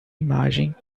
imagem